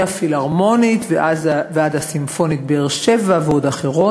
מהפילהרמונית ועד הסימפונית באר-שבע ועוד אחרות,